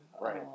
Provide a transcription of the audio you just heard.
Right